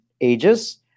ages